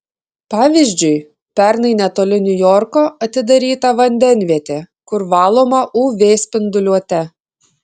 pavyzdžiui pernai netoli niujorko atidaryta vandenvietė kur valoma uv spinduliuote